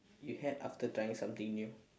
you had after trying something new